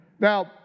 Now